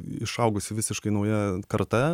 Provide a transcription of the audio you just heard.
išaugusi visiškai nauja karta